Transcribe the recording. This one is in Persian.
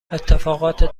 اتفاقات